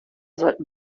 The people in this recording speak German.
sollten